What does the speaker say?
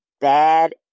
bad